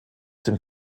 dem